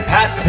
Pat